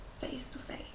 face-to-face